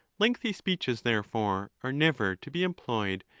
lengthy speeches, therefore, are never to be employed,